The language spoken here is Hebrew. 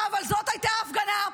אבל זאת הייתה הפגנה,